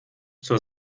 zur